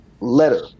letter